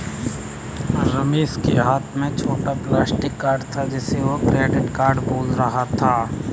रमेश के हाथ में छोटा प्लास्टिक कार्ड था जिसे वह क्रेडिट कार्ड बोल रहा था